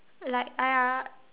like I R